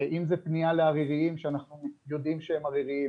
אם זו פנייה לעריריים, שאנחנו יודעים שהם עריריים.